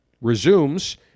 resumes